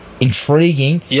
intriguing